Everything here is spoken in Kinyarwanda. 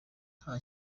nta